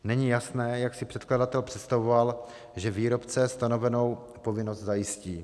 Není jasné, jak si předkladatel představoval, že výrobce stanovenou povinnost zajistí.